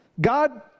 God